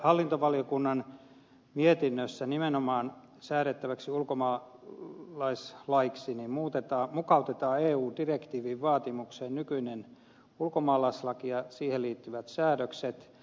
hallintovaliokunnan mietinnössä nimenomaan säädettäväksi ulkomaalaislaiksi mukautetaan eu direktiivin vaatimukseen nykyinen ulkomaalaislaki ja siihen liittyvät säädökset